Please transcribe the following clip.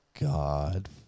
God